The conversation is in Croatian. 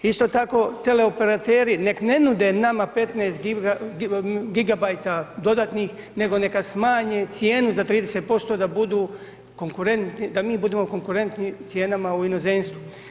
Isto tako teleoperateri nek ne nude nama 15 GB dodatnih nego neka smanje cijenu za 30% da budu konkurentni, da mi budemo konkurentni cijenama u inozemstvu.